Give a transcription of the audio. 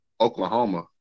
Oklahoma